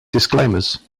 disclaimers